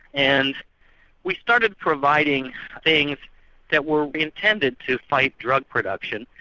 and we started providing things that were intended to fight drug production,